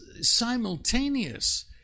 simultaneous